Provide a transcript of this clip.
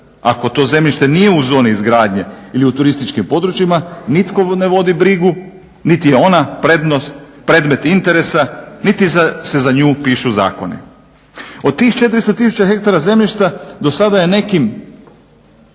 ako to zemljište nije u zoni izgradnje ili u turističkim područjima nitko ne vodi brigu niti je ona predmet interesa niti se za nju pišu zakoni. Od tih 400 tisuća ha zemljišta do sada je nekim